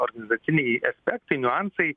organizaciniai aspektai niuansai